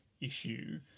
issue